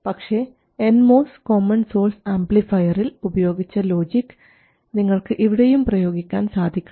പക്ഷേ N MOS common source ആംപ്ലിഫയറിൽ ഉപയോഗിച്ച ലോജിക് നിങ്ങൾക്ക് ഇവിടെയും പ്രയോഗിക്കാൻ സാധിക്കണം